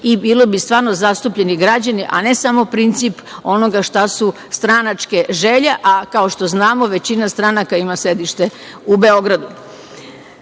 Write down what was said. i bili bi stvarno zastupljeni građani, a ne samo princip onoga što su stranačke želje, a kao što znamo većina stranaka ima sedište u Beogradu. Drugi